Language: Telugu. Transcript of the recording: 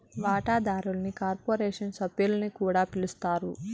వాటాదారుల్ని కార్పొరేషన్ సభ్యులని కూడా పిలస్తారు